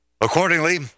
Accordingly